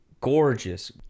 gorgeous